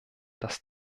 dass